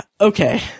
okay